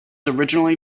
originally